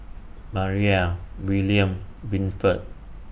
Maira William Winford